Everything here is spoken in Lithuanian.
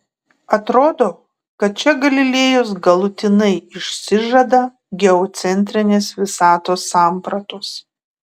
atrodo kad čia galilėjus galutinai išsižada geocentrinės visatos sampratos